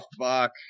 fuck